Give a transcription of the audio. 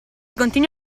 continui